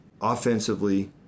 offensively